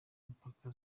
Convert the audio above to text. mupaka